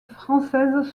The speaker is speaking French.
françaises